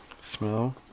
Smell